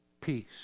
peace